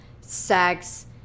Sex